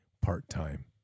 part-time